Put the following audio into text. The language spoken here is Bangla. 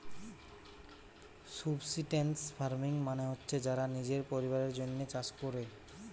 সুবসিস্টেন্স ফার্মিং মানে হচ্ছে যারা নিজের পরিবারের জন্যে চাষ কোরে